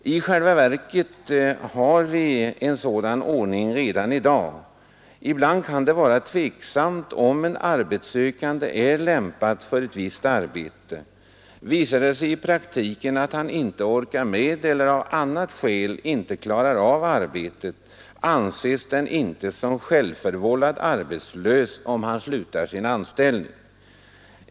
I själva verket har vi en sådan ordning redan i dag. Ibland kan det vara tveksamt, om en arbetssökande är lämpad för ett visst arbete. Visar det sig i praktiken att han inte orkar med det eller av annat skäl inte klarar av arbetet, anses han inte som självförvållat arbetslös om han slutar sin anställning.